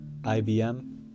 IBM